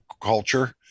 culture